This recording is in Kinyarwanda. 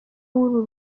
w’uru